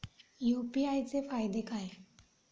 UPI चे फायदे काय?